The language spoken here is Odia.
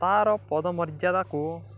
ତା'ର ପଦ ମର୍ଯ୍ୟାଦାକୁ